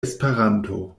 esperanto